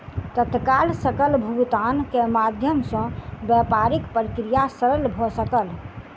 तत्काल सकल भुगतान के माध्यम सॅ व्यापारिक प्रक्रिया सरल भ सकल